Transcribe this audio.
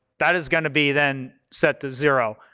that is going to be then set to zero.